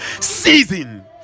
season